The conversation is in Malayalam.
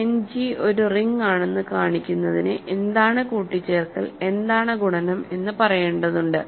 എൻഡ് ജി ഒരു റിങ്ങാണെന്നു കാണിക്കുന്നതിന് എന്താണ് കൂട്ടിച്ചേർക്കൽ എന്താണ് ഗുണനം എന്ന് പറയേണ്ടതുണ്ട്